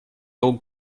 old